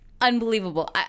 Unbelievable